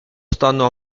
stanno